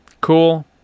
cool